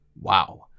wow